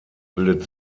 bildet